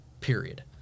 period